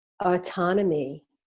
autonomy